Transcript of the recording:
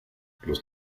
los